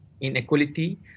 inequality